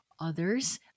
Others